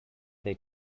they